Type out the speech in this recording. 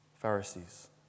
Pharisees